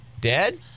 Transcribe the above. Dead